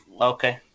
Okay